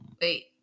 wait